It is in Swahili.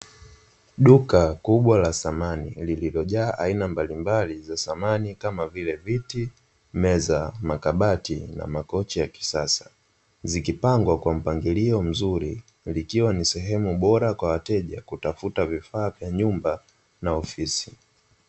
Duka kubwa la samani, lililojaa aina mbalimbali za samani, kama vile: viti, meza, makabati na makochi ya kisasa, zikipangwa kwa mpangilio mzuri, ikiwa ni sehemu bora kwa wateja kutafuta vifaa vya nyumba na ofisi.